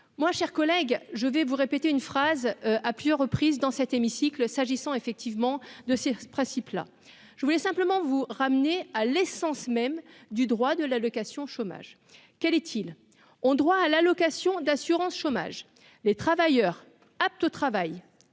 moins chers collègues, je vais vous répéter une phrase à plusieurs reprises dans cet hémicycle s'agissant effectivement de ce principe là, je voulais simplement vous ramener à l'essence même du droit de l'allocation chômage, quel est, ils ont droit à l'allocation d'assurance chômage, les travailleurs aptes au travail